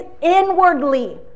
inwardly